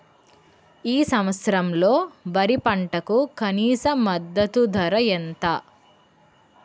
ఈ సంవత్సరంలో వరి పంటకు కనీస మద్దతు ధర ఎంత?